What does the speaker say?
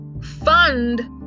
fund